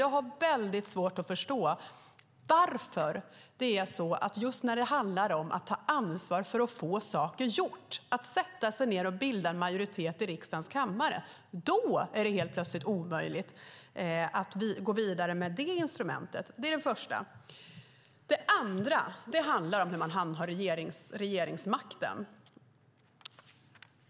Jag har väldigt svårt att förstå varför det är så att just när det handlar om att ta ansvar för att få saker gjorda, att sätta sig ned och bilda en majoritet i riksdagens kammare, är det helt plötsligt omöjligt att gå vidare med det instrumentet. Det är det första. Det andra handlar om hur man handhar regeringsmakten.